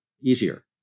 easier